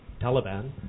Taliban